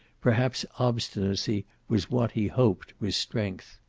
perhaps obstinacy was what he hoped was strength.